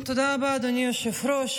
תודה רבה, אדוני היושב-ראש.